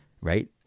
Right